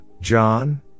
John